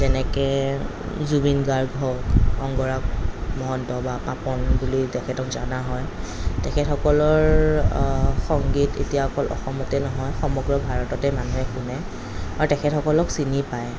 যেনেকৈ জুবিন গাৰ্গ হওক অংগৰাগ মহন্ত বা পাপন বুলি তেখেতক জনা হয় তেখেতসকলৰ সংগীত এতিয়া অকল অসমতে নহয় সমগ্ৰ ভাৰততে মানুহে শুনে আৰু তেখেতসকলক চিনি পায়